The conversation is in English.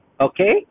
okay